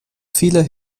vieler